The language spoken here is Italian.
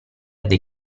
dei